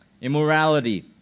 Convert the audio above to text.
immorality